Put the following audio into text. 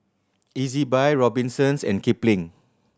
Ezbuy Robinsons and Kipling